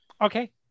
Okay